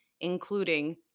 including